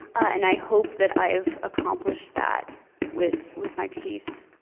and i hope that i've accomplished that with with my piece.